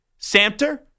Samter